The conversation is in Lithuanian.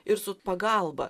ir su pagalba